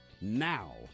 now